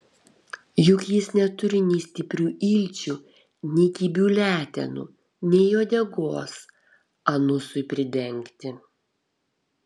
juk jis neturi nei stiprių ilčių nei kibių letenų nei uodegos anusui pridengti